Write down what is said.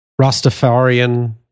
Rastafarian